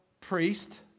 priest